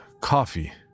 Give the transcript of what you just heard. coffee